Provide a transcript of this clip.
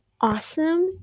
Awesome